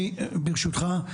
אני ברשותך,